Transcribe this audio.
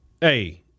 hey